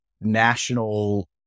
national